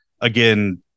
again